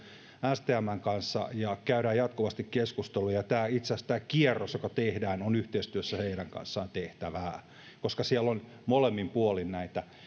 stmn kanssa ja käymme jatkuvasti keskusteluja ja itse asiassa tämä kierros joka tehdään on yhteistyössä heidän kanssaan tehtävää koska siellä on molemmin puolin näitä